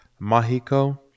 mahiko